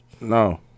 No